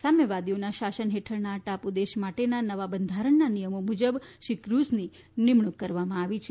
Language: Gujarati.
સામ્યવાદીઓના શાસન હેઠળના આ ટાપુ દેશ માટેના નવા બંધારણના નિયમો મુજબ શ્રી ક્રઝની નિમણુંક કરવામાં આવી છે